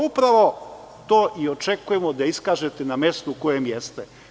Upravo to i očekujemo da iskažete na mestu kojem jeste.